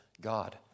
God